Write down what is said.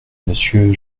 monsieur